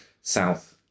south